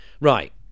Right